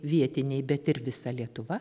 vietiniai bet ir visa lietuva